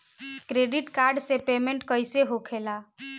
Credit card से payment कईसे होखेला?